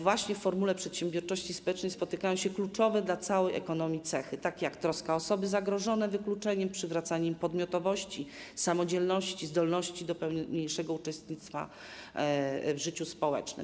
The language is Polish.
Właśnie w formule przedsiębiorczości społecznej spotykają się kluczowe dla całej ekonomii cechy, takie jak troska o osoby zagrożone wykluczeniem, przywracanie im podmiotowości, samodzielności, zdolności do większego uczestnictwa w życiu społecznym.